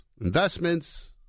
Investments